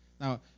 Now